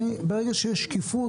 ברגע שיש שקיפות,